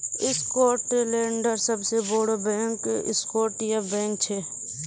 स्कॉटलैंडेर सबसे बोड़ो बैंक स्कॉटिया बैंक छे